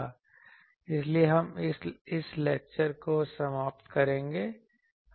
इसलिए हम इस लेक्चर का समापन करेंगे